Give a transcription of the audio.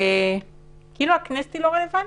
כאילו הכנסת לא רלוונטית.